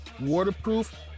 waterproof